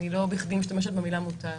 ולא בכדי אני משתמשת במילה "מוטל".